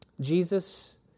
Jesus